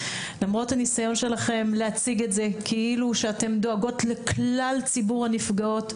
למרות הניסיון שלכן להציג את זה כאילו אתן דואגות לכלל ציבור הנפגעות,